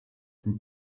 from